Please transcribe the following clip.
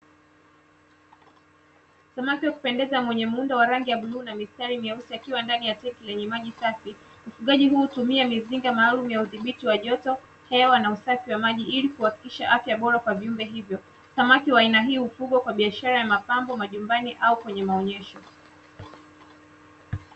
Samaki wa kupendeza mwenye muundo wa rangi ya bluu na mistari meusi akiwa ndani ya tenki la maji safi, ufugaji huo hutumia mizinga maalumu ya udhibiti wa joto, hewa na usafi wa maji, ili kuhakikisha afya bora kwa viumbe hivyo, samaki wa aina hii hufugwa kwa biashara ya mapambo majumbani au kwenye maonyesho.